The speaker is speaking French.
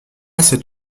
cette